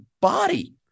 body